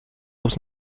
was